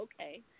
Okay